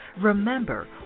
Remember